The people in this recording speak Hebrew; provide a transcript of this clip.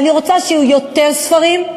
אני רוצה שיהיו יותר ספרים,